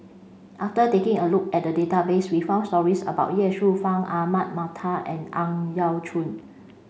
after taking a look at the database we found stories about Ye Shufang Ahmad Mattar and Ang Yau Choon